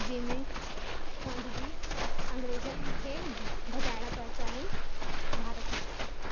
जंहिंमें गांधी जी अंग्रेजनि खे भॼाइण पिया चाहे भारत मां